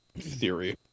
theory